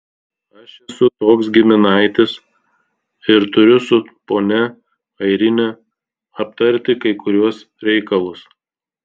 aš esu toks giminaitis ir turiu su ponia airine aptarti kai kuriuos reikalus